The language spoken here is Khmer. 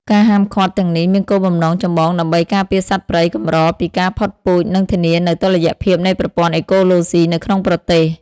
ការហាមឃាត់ទាំងនេះមានគោលបំណងចម្បងដើម្បី ការពារសត្វព្រៃកម្រពីការផុតពូជ និង ធានានូវតុល្យភាពនៃប្រព័ន្ធអេកូឡូស៊ី នៅក្នុងប្រទេស។